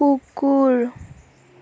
কুকুৰ